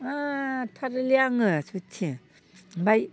मा थारैलै आङो सयथि ओमफाय